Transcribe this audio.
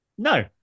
No